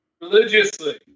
Religiously